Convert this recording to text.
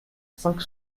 cinq